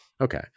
Okay